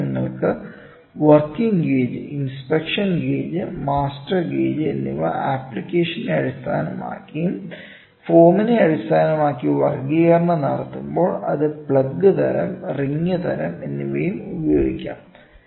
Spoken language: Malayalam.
അതിനാൽ നിങ്ങൾക്ക് working gauge inspection gauge master gauge എന്നിവ ആപ്ലിക്കേഷനെ അടിസ്ഥാനമാക്കിയും ഫോമിനെ അടിസ്ഥാനമാക്കി വർഗ്ഗീകരണം നടത്തുമ്പോൾ അത് പ്ലഗ് തരം റിംഗ് തരം എന്നിവയും ഉപയോഗിക്കാം